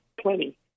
plenty